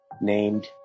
named